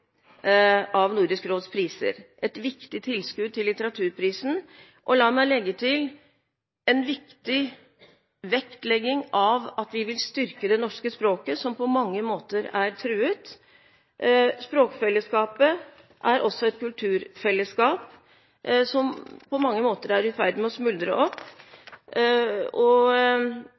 av Nordisk råds priser – et viktig tilskudd til litteraturprisen. La meg legge til at det er en viktig vektlegging av at vi vil styrke de nordiske språkene som på mange måter er truet. Språkfellesskapet er også et kulturfellesskap som på mange måter er i ferd med å smuldre opp.